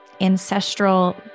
ancestral